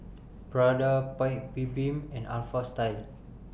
Prada Paik's Bibim and Alpha Style